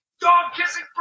dog-kissing